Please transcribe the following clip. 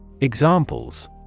Examples